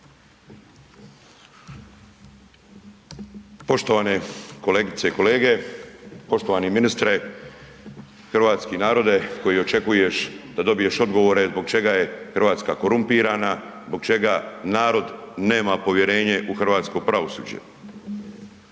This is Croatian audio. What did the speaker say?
Poštovane kolegice i kolege, poštovani ministre, hrvatski narode koji očekuješ da dobiješ odgovore zbog čega Hrvatska korumpirana, zbog čega narod nema povjerenje u hrvatsko pravosuđe.